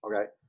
okay